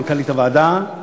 מנהלת הוועדה.